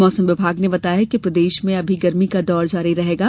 मौसम विभाग ने बताया है कि प्रदेश में अभी गर्मी का दौर जारी रहेगा